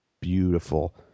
beautiful